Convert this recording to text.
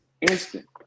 instant